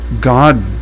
God